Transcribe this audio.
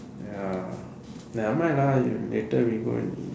ya nevermind lah later we go and eat